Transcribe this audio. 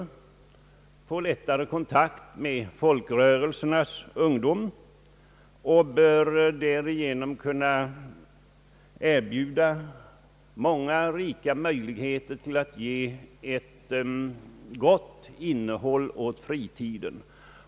De får lättare kontakt med folkrörelsernas ungdom och bör därigenom kunna erbjuda många rika möjligheter till att ge ett gott innehåll åt fritiden.